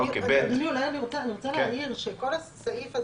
אני רוצה להבהיר שכל הסעיף,